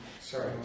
Sorry